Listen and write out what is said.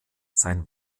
sein